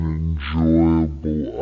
enjoyable